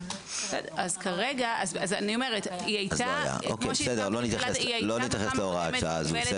בסדר, לא נתייחס להוראת שעה הזו.